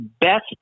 best